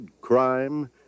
crime